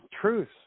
Truth